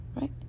right